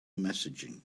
messaging